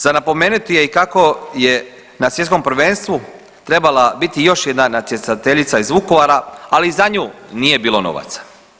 Za napomenuti je i kako je na svjetskom prvenstvu trebala biti još jedna natjecateljica iz Vukovara ali i za nju nije bilo novaca.